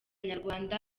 nyarwanda